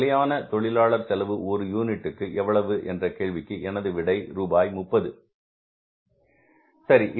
நிலையான தொழிலாளர் செலவு ஒரு யூனிட்டுக்கு எவ்வளவு என்ற கேள்விக்கு எனது விடை ரூபாய் 30 சரி